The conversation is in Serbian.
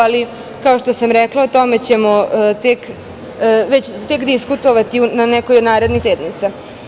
Ali, kao što sam rekla, o tome ćemo tek diskutovati na nekoj od narednih sednica.